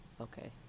Okay